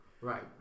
Right